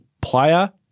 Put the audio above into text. player